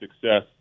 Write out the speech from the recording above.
success